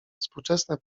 współczesne